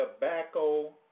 Tobacco